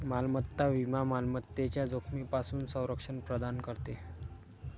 मालमत्ता विमा मालमत्तेच्या जोखमीपासून संरक्षण प्रदान करते